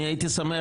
אני הייתי שמח,